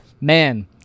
man